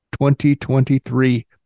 2023